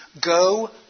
Go